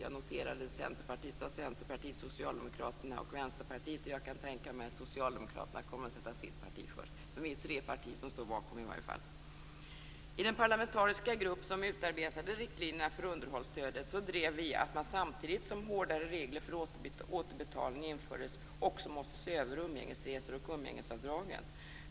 Jag noterade att representanten för Centerpartiet sade Centerpartiet, Socialdemokraterna och Vänsterpartiet, och jag kan tänka mig att representanten för Socialdemokraterna kommer att sätta sitt parti först. Men det är i varje fall tre partier som står bakom. I den parlamentariska grupp som utarbetade riktlinjerna för underhållsstödet drev Vänsterpartiet att man samtidigt som hårdare regler för återbetalning infördes också måste se över reglerna för umgängesresor och umgängesavdragen.